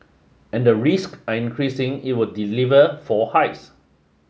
and the risk are increasing it will deliver four hikes